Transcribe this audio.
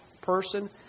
person